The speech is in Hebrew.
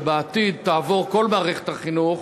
ובעתיד תעבור כל מערכת החינוך